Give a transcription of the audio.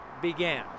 began